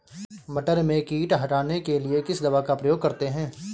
मटर में कीट हटाने के लिए किस दवा का प्रयोग करते हैं?